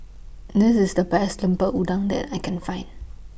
This IS The Best Lemper Udang that I Can Find